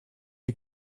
you